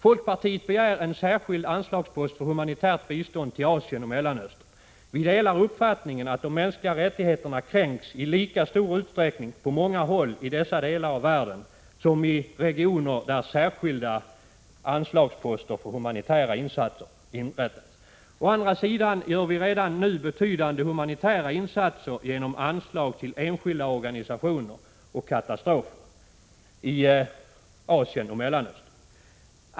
Folkpartiet begär en särskild anslagspost för humanitärt bistånd till Asien och Mellanöstern. Vi delar uppfattningen att de mänskliga rättigheterna kränks i lika stor utsträckning på många håll i dessa delar av världen som i regioner för vilka särskilda anslagsposter för humanitära insatser har inrättats. Å andra sidan gör vi redan nu betydande humanitära insatser genom anslag till enskilda organisationer och till katastrofhjälp i Asien och Mellanöstern.